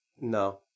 No